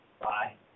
Bye